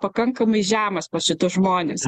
pakankamai žemas pas šitus žmonis